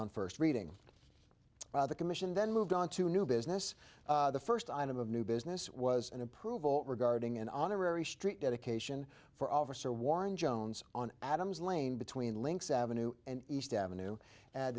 on first reading the commission then moved on to new business the first item of new business was an approval regarding an honorary street dedication for officer warren jones on adams lane between links avenue and east avenue